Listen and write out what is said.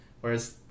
whereas